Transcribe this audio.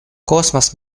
космос